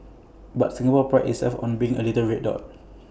but Singapore prides itself on being A little red dot